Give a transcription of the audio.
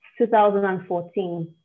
2014